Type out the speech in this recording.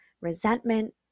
resentment